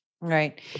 Right